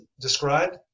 described